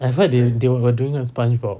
I heard they they were doing a spongebob